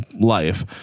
life